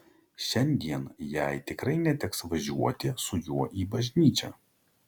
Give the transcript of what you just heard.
šiandien jai tikrai neteks važiuoti su juo į bažnyčią